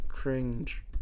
cringe